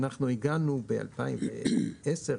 הגענו בשנת 2010,